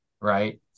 right